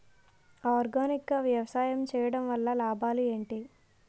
Organic గా వ్యవసాయం చేయడం వల్ల లాభాలు ఏంటి?